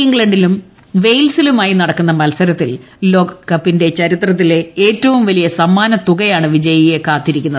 ഇംഗ്ലണ്ടിലും വെയ്ൽസലുമായി നടക്കുന്ന മത്സരത്തിൽ ലോക കപ്പിന്റെ ചരിത്രത്തിലെ ഏറ്റവും വലിയ സമ്മാനത്തുകയാണ് വിജയിയെ കാത്തിരിക്കുന്നത്